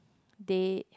they